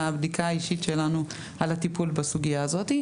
הבדיקה האישית שלנו על הטיפול בסוגיה הזאת.